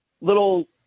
little